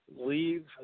leave